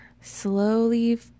slowly